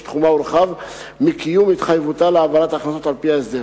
שתחומה הורחב מקיום התחייבותה להעברת הכנסות על-פי ההסדר.